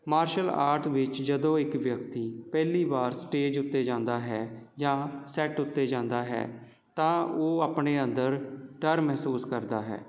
martial art ਵਿੱਚ ਜਦੋਂ ਇੱਕ ਵਿਅਕਤੀ ਪਹਿਲੀ ਬਾਰ ਸਟੇਜ ਉੱਤੇ ਜਾਂਦਾ ਹੈ ਜਾਂ ਸੈੱਟ ਉੱਤੇ ਜਾਂਦਾ ਹੈ ਤਾਂ ਉਹ ਆਪਣੇ ਅੰਦਰ ਡਰ ਮਹਿਸੂਸ ਕਰਦਾ ਹੈ